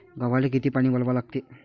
गव्हाले किती पानी वलवा लागते?